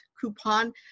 coupon